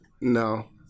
No